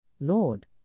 Lord